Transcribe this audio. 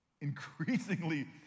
increasingly